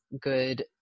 good